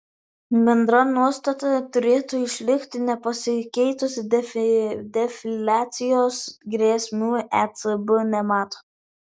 bendra nuostata turėtų išlikti nepasikeitusi defliacijos grėsmių ecb nemato